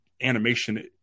animation